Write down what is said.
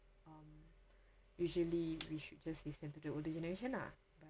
um usually we should just listen to the older generation lah but